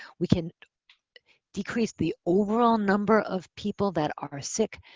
we can decrease the overall number of people that are sick,